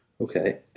Okay